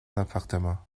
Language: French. appartements